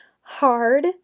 hard